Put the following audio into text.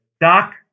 doc